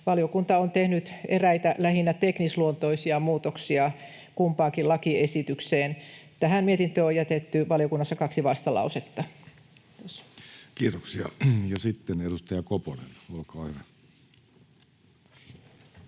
Valiokunta on tehnyt eräitä lähinnä teknisluontoisia muutoksia kumpaakin lakiesitykseen. Tähän mietintöön on jätetty valiokunnassa kaksi vastalausetta. [Speech 174] Speaker: Jussi